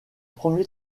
premier